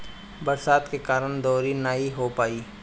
बरसात के कारण दँवरी नाइ हो पाई